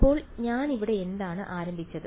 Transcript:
അപ്പോൾ ഞാൻ ഇവിടെ എന്താണ് ആരംഭിച്ചത്